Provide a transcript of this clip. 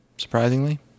Surprisingly